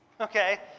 okay